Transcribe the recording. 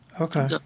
Okay